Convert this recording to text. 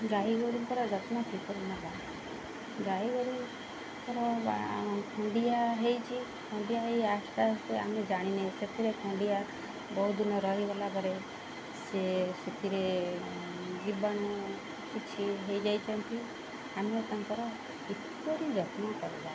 ଗାଈଗୋରୁଙ୍କର ଯତ୍ନ କିପରି ନେବା ଗାଈଗୋରୁଙ୍କର ବା ଖଣ୍ଡିଆ ହେଇଛି ଖଣ୍ଡିଆ ହେଇ ଆସ୍ତେ ଆସ୍ତେ ଆମେ ଜାଣିନେ ସେଥିରେ ଖଣ୍ଡିଆ ବହୁତ ଦିନ ରହିଗଲା ପରେ ସିଏ ସେଥିରେ ଜୀବାଣୁ କିଛି ହେଇଯାଇଥାଆନ୍ତି ଆମେ ତାଙ୍କର କିପରି ଯତ୍ନ କରିବା